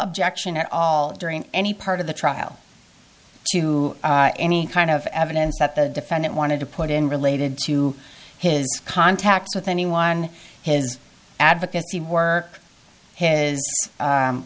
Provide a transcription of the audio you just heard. objection at all during any part of the trial to any kind of evidence that the defendant wanted to put in related to his contacts with anyone his advocacy work his